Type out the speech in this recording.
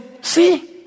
see